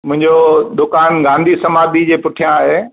मुंहिंजो दुकान गांधी समाधि जे पुठियां आहे